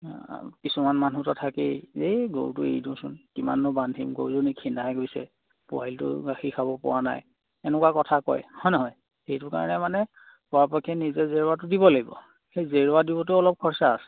কিছুমান মানুহটো থাকেই এই গৰুটো এৰি দিওঁচোন কিমাননো বান্ধিম গৰুজনী ক্ষীণাই গৈছে পোৱালিটো গাখীৰ খাব পৰা নাই এনেকুৱা কথা কয় হয় নহয় সেইটো কাৰণে মানে পৰাপক্ষত নিজে জেওৰাটো দিব লাগিব সেই জেওৰা দিওঁতেও অলপ খৰচা আছে